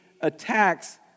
attacks